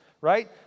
right